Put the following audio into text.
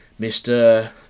Mr